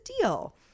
deal